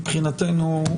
מבחינתנו,